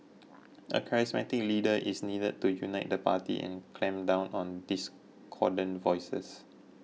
a charismatic leader is needed to unite the party and clamp down on discordant voices